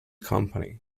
company